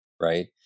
right